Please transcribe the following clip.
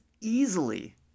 easily